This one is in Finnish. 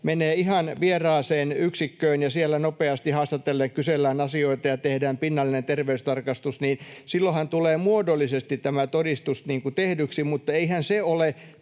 menee ihan vieraaseen yksikköön ja siellä nopeasti haastatellen kysellään asioita ja tehdään pinnallinen terveystarkastus: silloinhan tulee muodollisesti tämä todistus tehdyksi, mutta eihän se ole